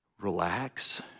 relax